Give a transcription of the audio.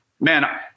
man